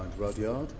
rudyard.